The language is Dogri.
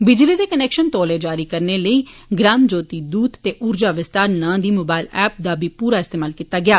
बिजली दे कनैक्षन तौले जारी करने लेई 'ग्राम ज्योति दूत' ते 'ऊर्जा विस्तार' ना दिएं मोबाईल ऐप्स दा बी पूरा इस्तमाल कीता गेआ